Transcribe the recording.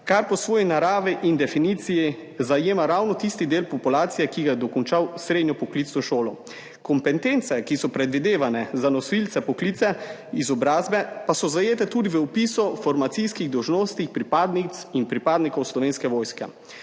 kar po svoji naravi in definiciji zajema ravno tisti del populacije, ki je dokončal srednjo poklicno šolo. Kompetence, ki so predvidevane za nosilce poklicne izobrazbe, pa so zajete tudi v opisu formacijskih dolžnosti pripadnic in pripadnikov Slovenske vojske.